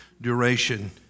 duration